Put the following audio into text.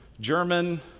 German